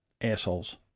assholes